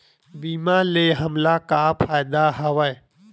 बीमा ले हमला का फ़ायदा हवय?